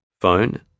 Phone